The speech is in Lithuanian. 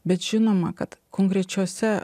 bet žinoma kad konkrečiose